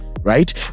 Right